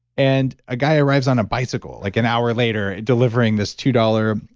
and a guy arrives on a bicycle, like an hour later, delivering this two dollars.